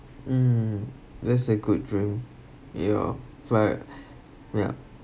um that's a good dream ya but ya